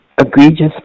egregious